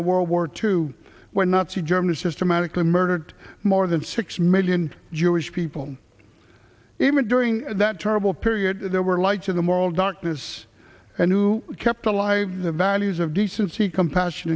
of world war two when nazi germany systematically murdered more than six million jewish people even during that terrible period there were lights in the moral darkness and who kept alive the values of decency compassion